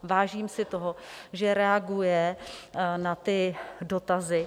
Vážím si toho, že reaguje na ty dotazy.